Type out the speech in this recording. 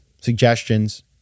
suggestions